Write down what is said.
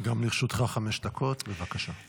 גם לרשותך חמש דקות, בבקשה.